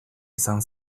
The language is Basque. izan